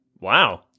Wow